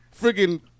friggin